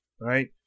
right